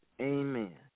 Amen